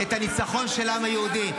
זה הניצחון של העם היהודי.